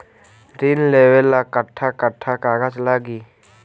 ऋण लेवेला कट्ठा कट्ठा कागज लागी?